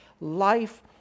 life